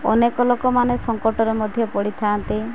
ଅନେକ ଲୋକମାନେ ସଙ୍କଟରେ ମଧ୍ୟ ପଡ଼ିଥାନ୍ତି